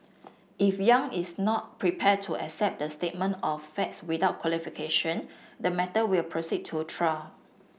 if Yang is not prepared to accept the statement of facts without qualification the matter will proceed to trial